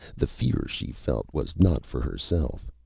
the fear she felt was not for herself.